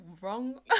wrong